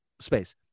space